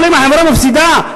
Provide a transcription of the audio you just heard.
אבל אם החברה מפסידה,